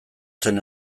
zen